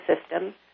system